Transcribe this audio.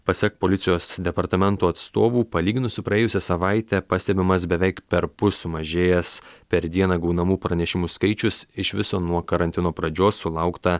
pasak policijos departamento atstovų palyginus su praėjusia savaita pastebimas beveik perpus sumažėjęs per dieną gaunamų pranešimų skaičius iš viso nuo karantino pradžios sulaukta